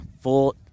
Full